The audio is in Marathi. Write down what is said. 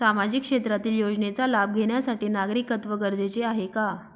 सामाजिक क्षेत्रातील योजनेचा लाभ घेण्यासाठी नागरिकत्व गरजेचे आहे का?